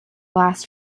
last